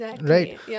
right